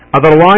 Otherwise